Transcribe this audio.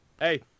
Hey